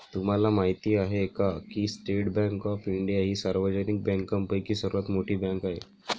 तुम्हाला माहिती आहे का की स्टेट बँक ऑफ इंडिया ही सार्वजनिक बँकांपैकी सर्वात मोठी बँक आहे